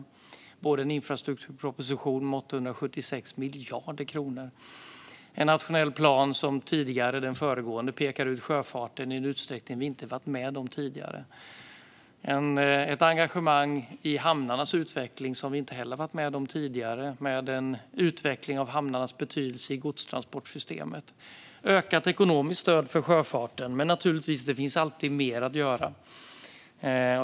Det handlar både om en infrastrukturproposition som omfattar 876 miljarder kronor och om en nationell plan som pekar ut sjöfarten i en utsträckning som vi inte har varit med om tidigare. Det handlar också om ett engagemang i hamnarnas utveckling som vi inte heller har varit med om tidigare med en utveckling av hamnarnas betydelse i godstransportsystemet. Det är också fråga om ett ökat ekonomiskt stöd för sjöfarten. Men det finns naturligtvis alltid mer att göra.